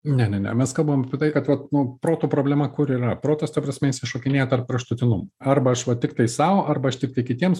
ne ne ne mes kalbam apie tai kad vat nu proto problema kur yra protas ta prasme jisai šokinėja tarp kraštutinumų arba aš va tiktai sau arba aš tiktai kitiems